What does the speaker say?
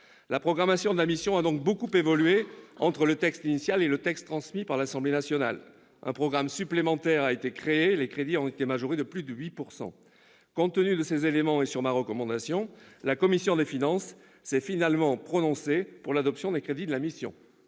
La programmation de la mission a donc beaucoup évolué entre le texte initial et le texte transmis par l'Assemblée nationale. Un programme supplémentaire a été créé, et les crédits ont été majorés de plus de 8 %. Compte tenu de ces éléments, et sur ma recommandation, la commission des finances s'est finalement prononcée pour l'adoption des crédits de la mission.